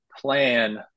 plan